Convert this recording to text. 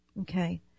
Okay